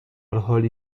حالی